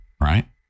right